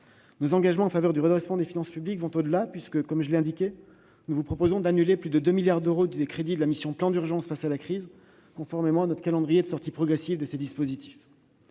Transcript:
Nos engagements en faveur du redressement des finances publiques se poursuivent encore au-delà, puisque, comme je l'ai indiqué, nous vous proposons d'annuler plus de 2 milliards d'euros de crédits de la mission « Plan d'urgence face à la crise sanitaire », conformément à notre calendrier de sortie progressive des aides